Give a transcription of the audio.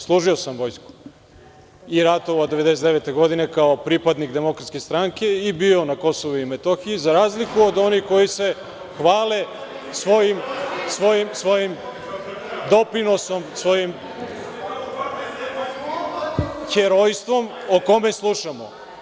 Služio sam vojsku i ratovao 1999. godine kao pripadnik DS i bio na Kosovu i Metohiji, za razliku od onih koji se hvale svojim doprinosom, svojim herojstvom o kome slušamo.